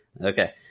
Okay